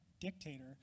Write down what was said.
dictator